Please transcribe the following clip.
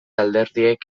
alderdiek